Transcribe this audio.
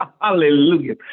Hallelujah